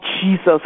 Jesus